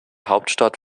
hauptstadt